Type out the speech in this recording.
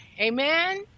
Amen